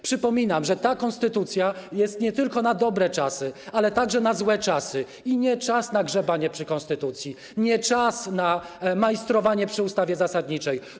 Przypominam, że ta konstytucja jest nie tylko na dobre czasy, ale także na złe czasy, i nie czas na grzebanie przy konstytucji, nie czas na majstrowanie przy ustawie zasadniczej.